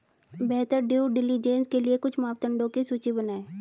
बेहतर due diligence के लिए कुछ मापदंडों की सूची बनाएं?